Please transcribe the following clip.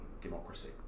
democracy